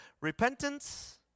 repentance